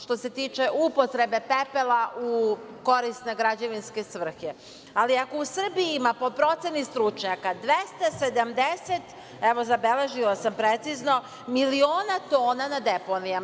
Što se tiče upotrebe pepela u korisne građevinske svrhe, ali ako u Srbiji po procenama stručnjaka 270, evo zabeležila sam precizno, 270 miliona tona da deponijama.